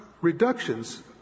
reductions